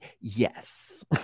Yes